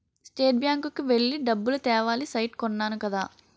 state bank కి వెళ్లి డబ్బులు తేవాలి సైట్ కొన్నాను కదా